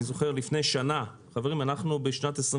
אני זוכר שלפני שנה אנחנו בשנת 2021